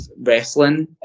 wrestling